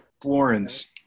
Florence